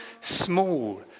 small